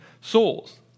souls